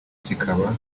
kikaba